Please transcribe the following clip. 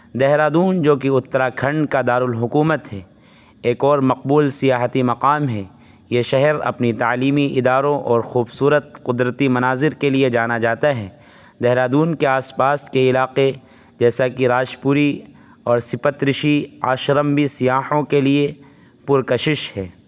دہرادون جو کہ اتراکھنڈ کا دارالحکومت ہے ایک اور مقبول سیاحتی مقام ہے یہ شہر اپنی تعلیمی اداروں اور خوبصورت قدرتی مناظر کے لیے جانا جاتا ہے دہرادون کے آس پاس کے علاقے جیسا کہ راج پوری اور سپت رشی آشرم بھی سیاحوں کے لیے پرکشش ہے